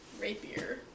rapier